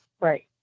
Right